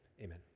Amen